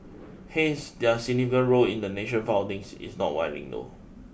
hence their significant role in the nation founding is not widely know